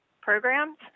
programs